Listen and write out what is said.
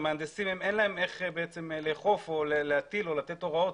למהנדסים אין איך לאכוף או לתת הוראות